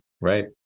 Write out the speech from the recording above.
Right